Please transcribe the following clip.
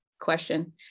question